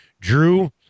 Drew